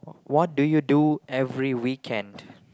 what do you do every weekend